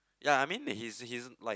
ya I mean that he's he's like